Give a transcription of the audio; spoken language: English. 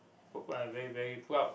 very very proud